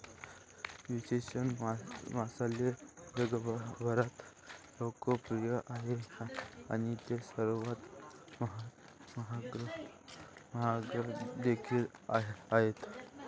विशेष मसाले जगभरात लोकप्रिय आहेत आणि ते सर्वात महाग देखील आहेत